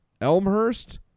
Elmhurst